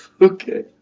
Okay